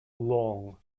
long